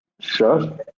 Sure